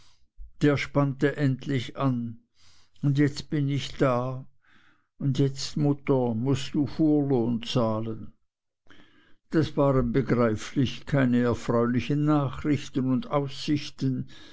der spannte endlich an und jetzt bin ich da und jetzt mutter mußt du fuhrlohn zahlen das waren begreiflich keine erfreulichen nachrichten und aussichten